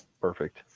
perfect